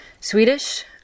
Swedish